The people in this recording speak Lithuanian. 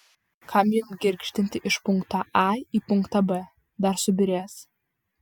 kam jam girgždinti iš punkto a į punktą b dar subyrės